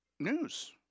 news